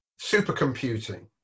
supercomputing